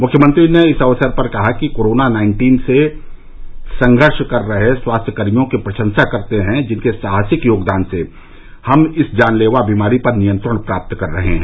मुख्यमंत्री ने इस अवसर पर कहा कि कोरोना नाइन्टीन से संघर्ष कर रहे स्वास्थकर्मियों की प्रशंसा करते हैं जिनके साहसिक योगदान से हम इस जानलेवा बीमारी पर नियंत्रण प्राप्त कर रहे हैं